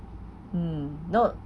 mm no